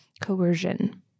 coercion